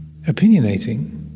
opinionating